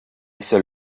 seul